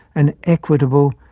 an equitable,